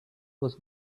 was